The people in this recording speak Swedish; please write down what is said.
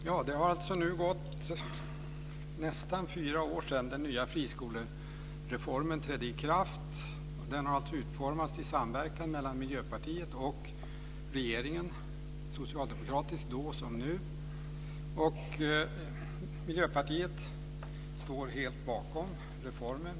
Herr talman! Det har nu gått nästan fyra år sedan den nya friskolereformen trädde i kraft. Den har utformats i samverkan mellan Miljöpartiet och regeringen, socialdemokratisk då som nu. Miljöpartiet står helt bakom reformen.